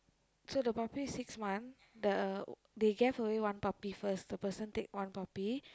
so the puppy six month the they gave away one puppy first the person take one puppy